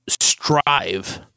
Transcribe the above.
strive